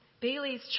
Bailey's